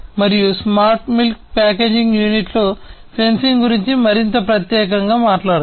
మరియు smart milk packaging యూనిట్లో sensing గురించి మరింత ప్రత్యేకంగా మాట్లాడుదాం